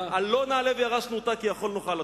עלה נעלה וירשנו אותה כי יכול נוכל לה.